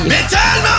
Metal